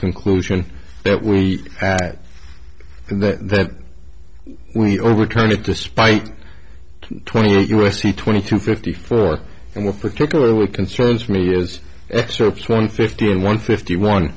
conclusion that we had and that we overturned it despite twenty eight u s c twenty two fifty four and one particularly concerns me is excerpts one fifteen one fifty one